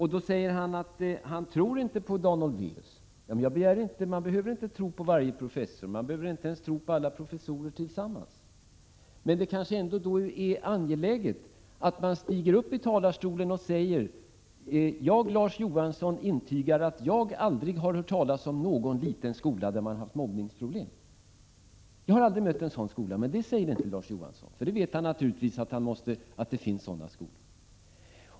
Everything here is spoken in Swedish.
Han säger att han inte tror på Dan Olweus, men man behöver inte tro på varje professor, inte ens på alla professorer tillsammans. Det kanske är angeläget att Larz Johansson stiger upp i talarstolen och säger att han intygar att han aldrig har hört talas om någon liten skola där man haft mobbningsproblem. Det gör inte Larz Johansson, därför att han naturligtvis vet att det finns sådana skolor.